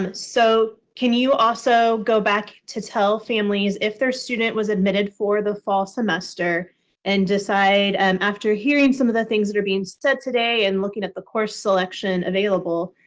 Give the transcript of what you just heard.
so can you also go back to tell families if their student was admitted for the fall semester and decide and after hearing some of the things that are being said today and looking at the course selection available,